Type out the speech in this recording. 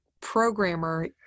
programmer